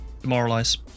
Demoralize